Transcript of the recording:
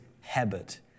habit